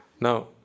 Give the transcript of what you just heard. Now